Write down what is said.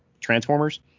Transformers